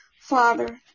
Father